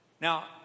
Now